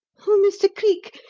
oh, mr. cleek,